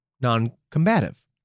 non-combative